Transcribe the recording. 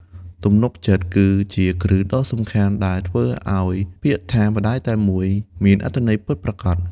ទំនុកចិត្តគឺជាគ្រឹះដ៏សំខាន់ដែលធ្វើឱ្យពាក្យថា «ម្ដាយតែមួយ» មានអត្ថន័យពិតប្រាកដ។